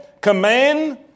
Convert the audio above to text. command